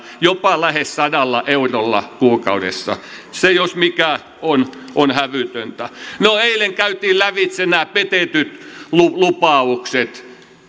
jopa lähes sadalla eurolla kuukaudessa se jos mikä on on hävytöntä no eilen käytiin lävitse nämä petetyt lupaukset